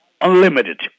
Unlimited